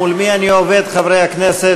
מול מי אני עובד, חברי הכנסת?